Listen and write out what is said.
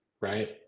Right